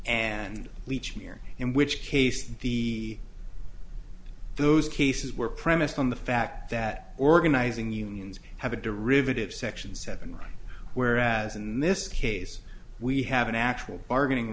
and leach here in which case the those cases were premised on the fact that organizing unions have a derivative section seven right whereas in this case we have a natural bargaining